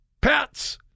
pets